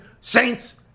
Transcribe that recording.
Saints